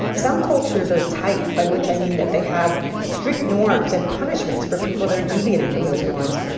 some cultures are tight, by which i mean that they have strict norms and punishments for people that are deviating from those norms.